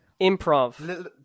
improv